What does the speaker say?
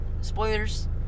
Spoilers